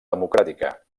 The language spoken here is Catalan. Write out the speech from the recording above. democràtica